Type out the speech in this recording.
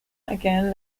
again